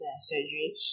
surgery